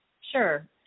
Sure